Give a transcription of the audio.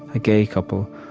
a gay couple,